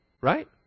Right